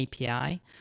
API